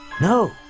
No